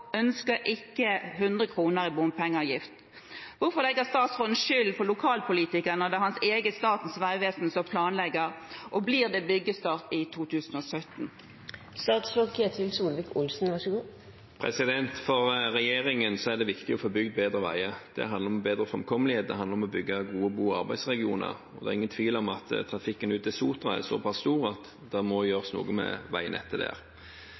ønsker ikke 100 kroner i bompengeavgift. Hvorfor legger statsråden skylden på lokalpolitikerne når det er hans eget Statens vegvesen som planlegger, og blir det byggestart i 2017?» For regjeringen er det viktig å få bygget bedre veier. Det handler om bedre framkommelighet og om å bygge gode bo- og arbeidsregioner, og det er ingen tvil om at trafikken ut til Sotra er såpass stor at det må gjøres noe med veinettet der.